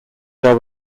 there